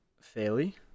fairly